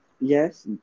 Yes